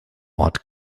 ort